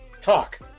talk